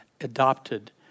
adopted